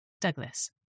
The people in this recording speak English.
Douglas